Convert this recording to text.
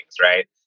right